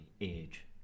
age